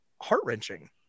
heart-wrenching